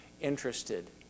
interested